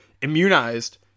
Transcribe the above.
immunized